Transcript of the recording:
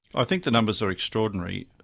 i think the numbers are extraordinary.